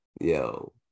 Yo